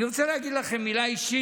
אני רוצה להגיד לכם מילה אישית.